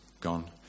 gone